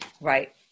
Right